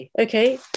Okay